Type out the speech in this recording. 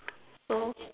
don't know